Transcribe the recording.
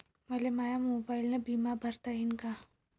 मले माया मोबाईलनं बिमा भरता येईन का?